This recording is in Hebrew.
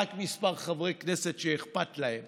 רק כמה חברי כנסת שאכפת להם